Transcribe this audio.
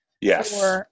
Yes